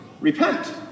Repent